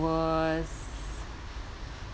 was